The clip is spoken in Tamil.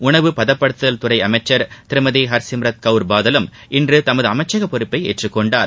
உணவு பதப்படுத்துதல் துறை அமைச்சர் திருமதி ஹர்சிம்ரத் கவுர் பாதலும் இன்று தமது அமைச்சக பொறுப்பை ஏற்றுக் கொண்டார்